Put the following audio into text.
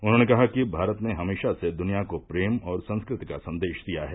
उन्होंने कहा कि भारत ने हमेशा से दुनिया को प्रेम और संस्कृति का संदेश दिया है